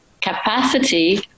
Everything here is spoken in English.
capacity